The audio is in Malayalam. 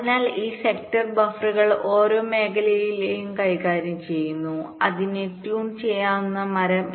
അതിനാൽ ഈ സെക്ടർ ബഫറുകൾ ഓരോ മേഖലകളെയും കൈകാര്യം ചെയ്യുന്നു അതിനെ ട്യൂൺ ചെയ്യാവുന്ന മരംtunable tree